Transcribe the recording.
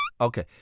Okay